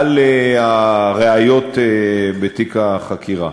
על הראיות בתיק החקירה.